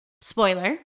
Spoiler